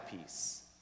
peace